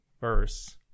verse